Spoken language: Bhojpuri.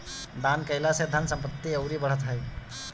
दान कईला से धन संपत्ति अउरी बढ़त ह